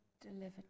delivered